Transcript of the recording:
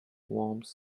worms